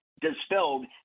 dispelled